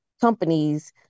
companies